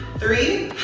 three.